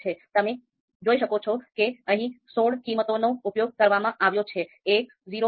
તમે જોઈ શકો છો કે અહીં સોળ કિંમતોનો ઉપયોગ કરવામાં આવ્યો છે ૧ ૦